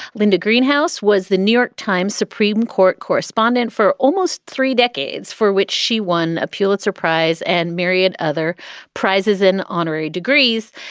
linda greenhouse was the new york times supreme court correspondent for almost three decades, for which she won a pulitzer prize and myriad other prizes in honorary degrees.